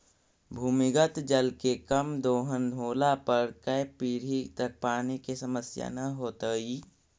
भूमिगत जल के कम दोहन होला पर कै पीढ़ि तक पानी के समस्या न होतइ